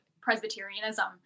Presbyterianism